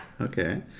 Okay